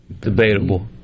Debatable